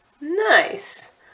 Nice